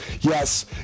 yes